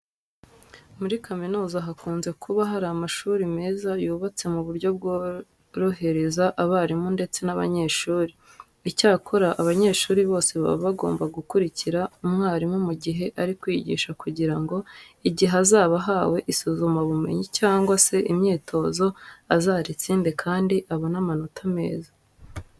Muri kaminuza hakunze kuba hari amashuri meza yubatse mu buryo bworohereza abarimu ndetse n'abanyeshuri. Icyakora abanyeshuri bose baba bagomba gukurikira umwarimu mu gihe ari kwigisha kugira ngo igihe azaba ahawe isuzumabumenyi cyangwa se imyitozo azaritsinde kandi abone n'amanota meza.